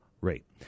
rate